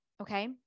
okay